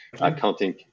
accounting